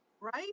right